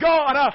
God